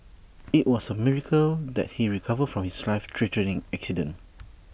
IT was A miracle that he recovered from his life threatening accident